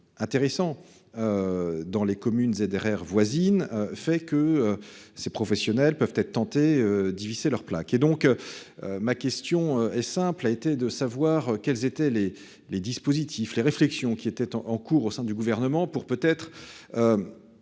Intéressant. Dans les communes ZRR voisine fait que ces professionnels peuvent être tentés dévisser leur plaque et donc. Ma question est simple, a été de savoir quels étaient les les dispositifs les réflexions qui était en, en cours au sein du gouvernement pour peut être.